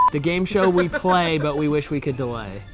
the game show we play but we wish we could delay.